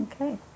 Okay